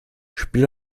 spiel